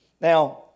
Now